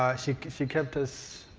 ah she she kept us